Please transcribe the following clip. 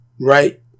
Right